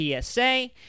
PSA